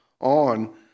on